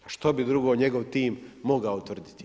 Što bi drugo njegov tim moga utvrditi?